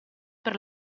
per